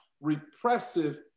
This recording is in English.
repressive